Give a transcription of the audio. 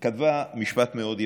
היא כתבה משפט מאוד יפה,